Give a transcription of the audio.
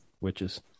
witches